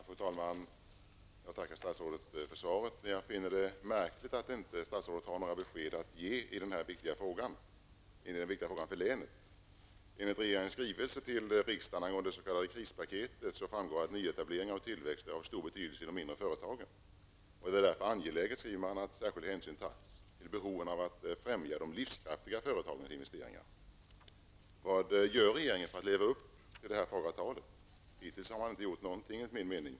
Fru talman! Jag tackar statsrådet för svaret. Men jag finner det märkligt att statsrådet inte har några besked att ge i denna fråga som är så viktig för länet. Av regeringens skrivelse till riksdagen angående det s.k. krispaket framgår att nyetablering och tillväxt är av stor betydelse för de mindre företagen. Man skriver att det därför är angeläget att särskild hänsyn tas till behovet av att främja de livskraftiga företagens investeringar. Vad gör regeringen för att leva upp till det här fagra talet? Hittills har man inte gjort något, enligt min mening.